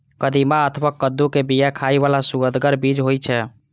कदीमा अथवा कद्दू के बिया खाइ बला सुअदगर बीज होइ छै